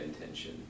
intention